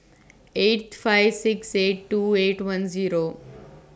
eight five six eight two eight one Zero